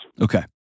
Okay